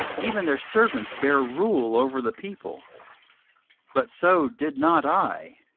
even their servants bare rule over the people but so did not i,